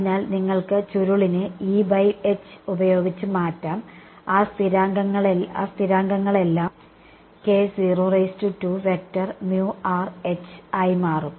അതിനാൽ നിങ്ങൾക്ക് ചുരുളിനെ E ബൈ H ഉപയോഗിച്ച് മാറ്റാം ആ സ്ഥിരാങ്കങ്ങളെല്ലാം ആയിമാറും